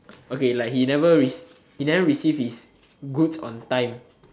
okay like he never receives his goods on time